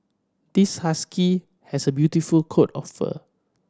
this husky has a beautiful coat of fur